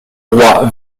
roi